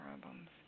problems